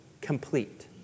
complete